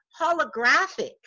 holographic